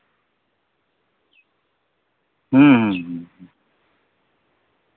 ᱦᱩᱸ ᱦᱩᱸ ᱦᱩᱸ